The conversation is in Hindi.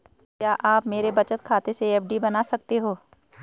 क्या आप मेरे बचत खाते से एफ.डी बना सकते हो?